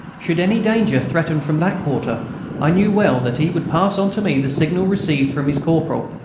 should any danger threaten from that quarter i knew well that he would pass on to me the signal received from his corporal,